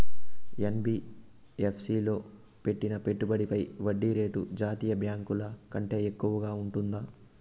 NBFC లో పెట్టిన పెట్టుబడి పై వడ్డీ రేటు జాతీయ బ్యాంకు ల కంటే ఎక్కువగా ఉంటుందా?